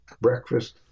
breakfast